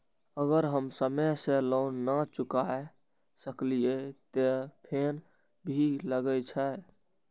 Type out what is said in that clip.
अगर हम समय से लोन ना चुकाए सकलिए ते फैन भी लगे छै?